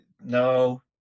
no